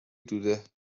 دوده